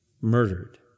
murdered